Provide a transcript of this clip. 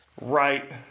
right